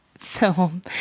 film